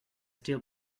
steel